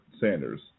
Sanders